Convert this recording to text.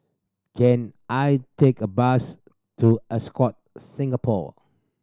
can I take a bus to Ascott Singapore